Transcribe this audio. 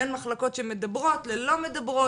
בין מחלקות שמדברות ללא מדברות.